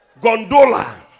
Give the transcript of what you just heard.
Gondola